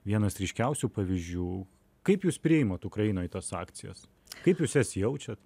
vienas ryškiausių pavyzdžių kaip jūs priimat ukrainoj tas akcijas kaip jūs jas jaučiat